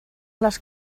les